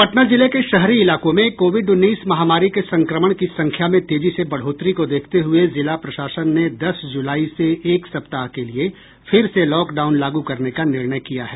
पटना जिले के शहरी इलाकों में कोविड उन्नीस महामारी के संक्रमण की संख्या में तेजी से बढ़ोतरी को देखते हुए जिला प्रशासन ने दस जुलाई से एक सप्ताह के लिये फिर से लॉकडाउन लागू करने का निर्णय किया है